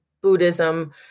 Buddhism